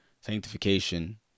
Sanctification